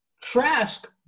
Trask